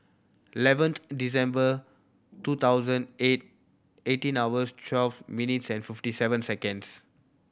eleventh December two thousand eight eighteen hours twelve minutes fifty seven seconds